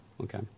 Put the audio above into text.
okay